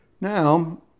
Now